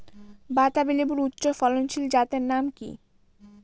বাতাবি লেবুর উচ্চ ফলনশীল জাতের নাম কি?